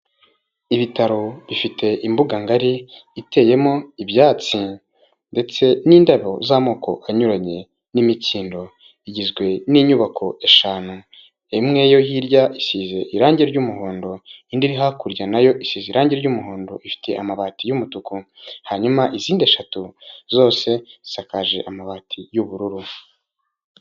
Ibitaro bifite imbuga ngari, iteyemo ibyatsi ndetse n'indabo z'amoko anyuranye n'imikindo, igizwe n'inyubako eshanu, imwe yo hirya isize irangi ry'umuhondo, indi iri hakurya na yo isize irangi ry'umuhondo ifite amabati y'umutuku. Hanyuma izindi eshatu zose zisakaje amabati y'ubururu.